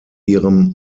ihrem